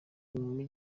ubundi